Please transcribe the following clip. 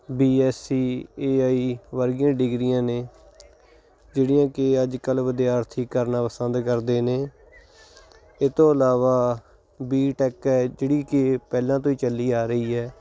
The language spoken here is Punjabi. B S E A I ਵਰਗੀਆਂ ਡਿਗਰੀਆਂ ਨੇ ਜਿਹੜੀਆਂ ਕਿ ਅੱਜ ਕੱਲ੍ਹ ਵਿਦਿਆਰਥੀ ਕਰਨਾ ਪਸੰਦ ਕਰਦੇ ਨੇ ਇਹ ਤੋਂ ਇਲਾਵਾ ਬੀ ਟੈੱਕ ਹੈ ਜਿਹੜੀ ਕਿ ਪਹਿਲਾਂ ਤੋਂ ਹੀ ਚੱਲੀ ਆ ਰਹੀ ਹੈ